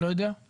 לא יודע.